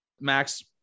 Max